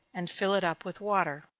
and fill it up with water.